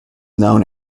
known